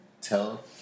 tell